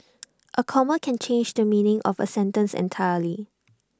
A comma can change the meaning of A sentence entirely